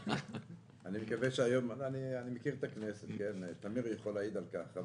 אני מכיר את הכנסת, טמיר יכול להעיד על כך.